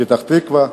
פתח-תקווה,